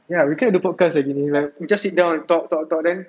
ya we cannot do podcast gini like we just sit down and talk talk talk then